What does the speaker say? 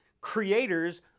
creators